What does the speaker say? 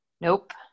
Nope